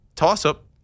toss-up